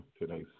Today's